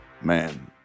Man